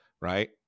right